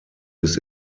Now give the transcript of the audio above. bis